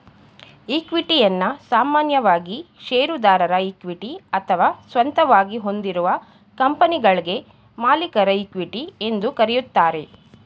ಇಕ್ವಿಟಿಯನ್ನ ಸಾಮಾನ್ಯವಾಗಿ ಶೇರುದಾರರ ಇಕ್ವಿಟಿ ಅಥವಾ ಸ್ವಂತವಾಗಿ ಹೊಂದಿರುವ ಕಂಪನಿಗಳ್ಗೆ ಮಾಲೀಕರ ಇಕ್ವಿಟಿ ಎಂದು ಕರೆಯುತ್ತಾರೆ